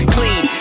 Clean